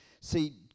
See